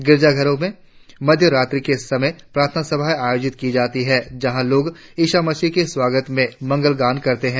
गिरजाधरों में मध्य रात्रि के समय प्रार्थना सभाएं आयोजित की जाती हैं जहाँ लोग ईसा मसीह के स्वागत में मंगलगान करते हैं